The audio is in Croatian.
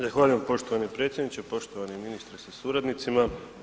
Zahvaljujem poštovani predsjedniče, poštovani ministre sa suradnicima.